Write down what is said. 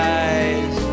eyes